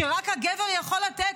שרק הגבר יכול לתת,